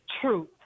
truth